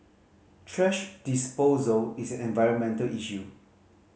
thrash disposal is environmental issue